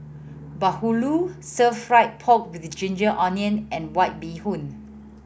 bahulu stir fried pork with ginger onion and White Bee Hoon